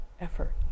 effort